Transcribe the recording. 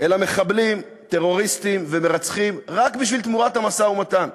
אלא מחבלים טרוריסטים ומרצחים רק תמורת המשא-ומתן,